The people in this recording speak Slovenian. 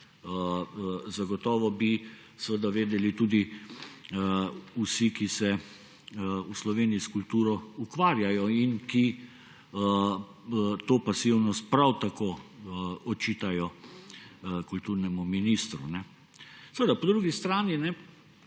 zagotovo bi o tem vedeli vsi, ki se v Sloveniji s kulturo ukvarjajo in ki to pasivnost prav tako očitajo kulturnemu ministru. Po drugi strani